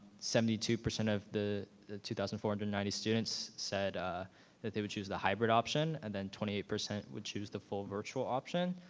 seventy two percent of the two thousand four hundred and ninety students said ah that they would choose the hybrid option. and then twenty eight percent would choose the full virtual option.